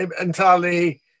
entirely